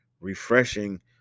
refreshing